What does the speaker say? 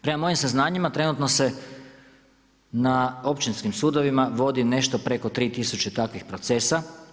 Prema mojim saznanjima trenutno se na općinskim sudovima vodi nešto preko 3 tisuće takvih procesa.